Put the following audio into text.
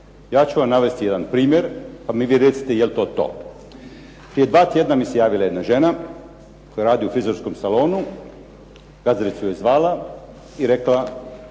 ja ću vam navesti jedan primjer a vi mi recite je li to to. Prije 2 tjedna mi se javila jedna žena, koja radi u frizerskom salonu, gazdarica ju je zvala i rekla